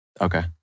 Okay